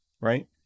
right